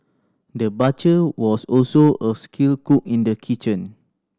the butcher was also a skilled cook in the kitchen